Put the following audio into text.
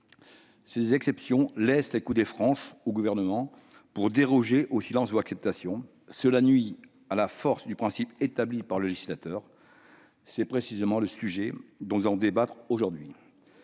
Ces exceptions laissent les coudées franches au Gouvernement pour déroger au « silence vaut acceptation », ce qui nuit à la force de ce principe établi par le législateur. Il s'agit précisément du sujet dont nous allons débattre aujourd'hui.